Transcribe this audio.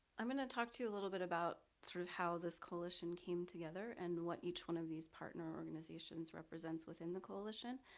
i'm gonna talk to you a little bit about through how this coalition came together and what each one of these partner organizations represents within the coalition.